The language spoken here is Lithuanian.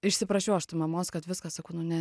išsiprašiau aš tai mamos kad viskas sakau ne